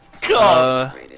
God